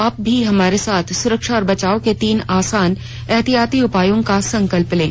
आप भी हमारे साथ सुरक्षा और बचाव के तीन आसान एहतियाती उपायों का संकल्प लें